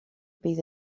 bydd